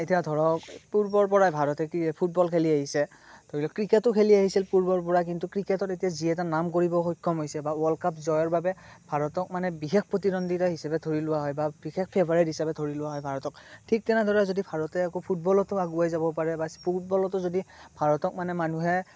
এতিয়া ধৰক পূৰ্বৰ পৰাই ভাৰতে ফুটবল খেলি আহিছে ধৰি লওক ক্ৰিকেটো খেলি আহিছিল পূৰ্বৰ পৰা কিন্তু ক্ৰিকেটত এতিয়া যি এটা নাম কৰিব সক্ষম হৈছে বা ৱৰ্ল্ড কাপ জয়ৰ বাবে ভাৰতক মানে বিশেষ প্ৰতিদন্দিতা হিচাপে ধৰি লোৱা হয় বা বিশেষ ফেভাৰেট হিচাপে ধৰি লোৱা হয় ভাৰতক ঠিক তেনেদৰে যদি ভাৰতে আকৌ ফুটবলতো আগুৱাই যাব পাৰে বা ফুটবলতো যদি ভাৰতক মানে মানুহে